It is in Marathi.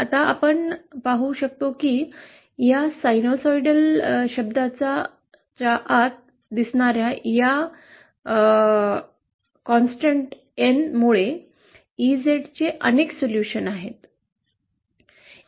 आता आपण पाहू शकतो की या सायनुसॉइडल शब्दाच्या आत दिसणाऱ्या या सततच्या एन n मुळे ईझेड चे अनेक सोल्युशन आहेत